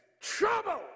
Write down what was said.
trouble